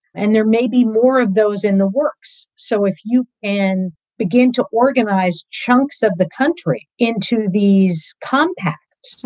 and there may be more of those in the works, so if you can and begin to organize chunks of the country into these compacts,